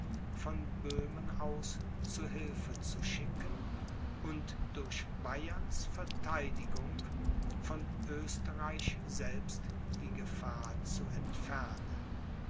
von böhmen aus zu hilfe zu schicken und durch bayerns vertheidigung von oesterreich selbst die gefahr zu entfernen